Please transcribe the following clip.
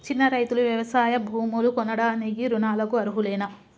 చిన్న రైతులు వ్యవసాయ భూములు కొనడానికి రుణాలకు అర్హులేనా?